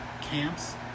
camps